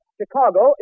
Chicago